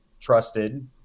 trusted